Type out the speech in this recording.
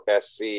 SC